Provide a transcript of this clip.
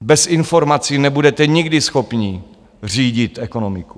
Bez informací nebudete nikdy schopni řídit ekonomiku.